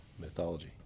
mythology